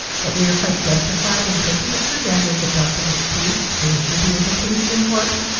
that we are quite justified in taking it for granted that dr. mcteague will never be able to resume work?